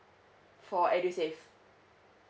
for edusave